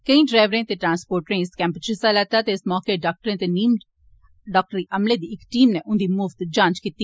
केई डरैवरें ते ट्रांसपोर्टरें इस कैप च हिस्सा लैता ते इस मौके डाक्टरें ते नीम मैडिकल अमले दी इक टीम नै उंदी मुफ्त जांच कीती